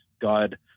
God